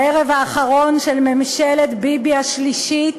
בערב האחרון של ממשלת ביבי השלישית